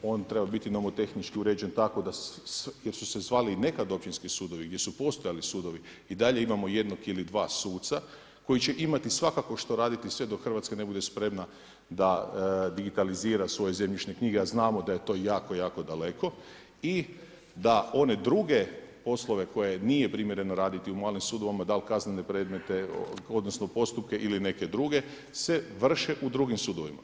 On treba biti nomotehnički uređen tako da, jer su se zvali i nekad općinski sudovi gdje su postojali sudovi, i dalje imamo jednog ili dva suca koji će imati svakako što raditi sve dok Hrvatska ne bude spremna da digitalizira svoje zemljišne knjige a znamo da je to jako, jako daleko i da one druge poslove koje nije primjereno raditi u malim sudovima, da li kaznene predmete, odnosno postupke ili neke druge se vrše u drugim sudovima.